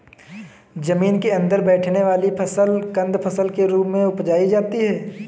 जमीन के अंदर बैठने वाली फसल कंद फसल के रूप में उपजायी जाती है